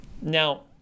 Now